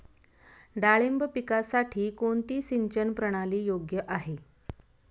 डाळिंब पिकासाठी कोणती सिंचन प्रणाली योग्य आहे?